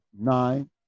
nine